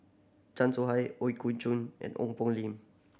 Chan Soh Ha Ooi Kok Chuen and Ong Poh Lim